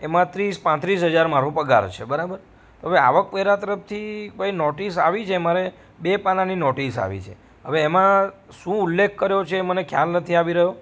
એમાં ત્રીસ પાંત્રીસ હજાર મારો પગાર છે બરાબર હવે આવકવેરા તરફથી પછી નોટિસ આવી છે મારે બે પાનાંની નોટિસ આવી છે હવે એમાં શું ઉલ્લેખ કર્યો છે એ મને ખ્યાલ નથી આવી રહ્યો